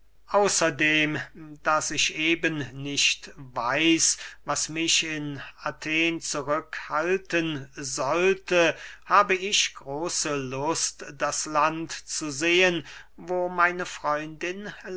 außerdem daß ich eben nicht weiß was mich in athen zurück halten sollte habe ich große lust das land zu sehen wo meine freundin